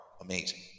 amazing